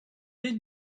est